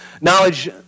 Knowledge